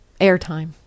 airtime